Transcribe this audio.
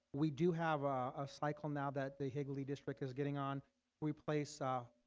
we do have a cycle now that the higley district is getting on we place ah